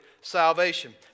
salvation